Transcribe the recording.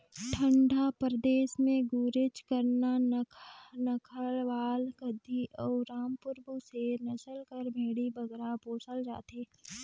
ठंडा परदेस में गुरेज, करना, नक्खरवाल, गद्दी अउ रामपुर बुसेर नसल कर भेंड़ी बगरा पोसल जाथे